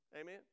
Amen